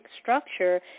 structure